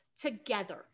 together